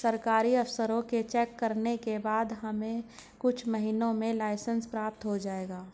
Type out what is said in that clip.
सरकारी अफसरों के चेक करने के बाद हमें कुछ महीनों में लाइसेंस प्राप्त हो जाएगा